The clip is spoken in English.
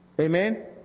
Amen